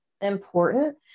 important